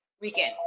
weekend